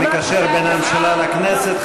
המקשר בין הממשלה לכנסת.